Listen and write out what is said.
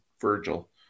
virgil